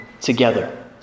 together